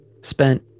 spent